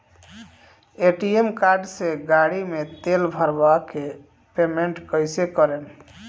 ATM card से गाड़ी मे तेल भरवा के पेमेंट कैसे करेम?